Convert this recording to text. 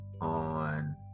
on